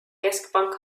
keskpank